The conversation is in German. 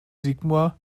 sigmar